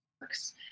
works